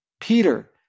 Peter